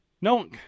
No